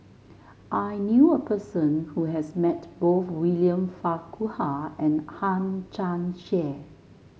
I knew a person who has met both William Farquhar and Hang Chang Chieh